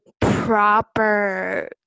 proper